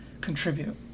contribute